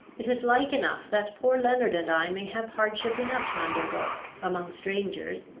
it is like enough that poor leonard and i may have hardship enough to undergo, among strangers,